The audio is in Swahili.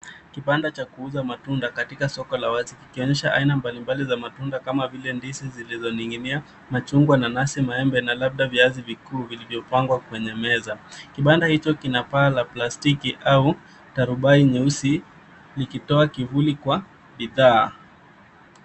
Kibanda cha kuuza matunda katika soko la wazi, kikionyesha aina mbalimbali za matunda kama vile ndizi zilizoning'inia, machungwa, nanasi, maembe na labda viazi vikuu vilivyopangwa kwenye meza. Kibanda hicho kina paa la plastiki au tarubai nyeusi, likitoa kivuli kwa bidhaa.